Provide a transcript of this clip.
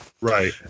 Right